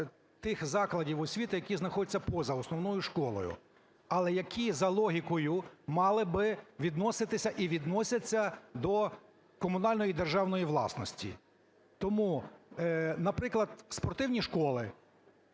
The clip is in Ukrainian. Тому, наприклад, спортивні школи,